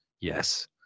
Yes